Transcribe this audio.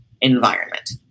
environment